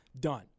done